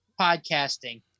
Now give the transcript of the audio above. podcasting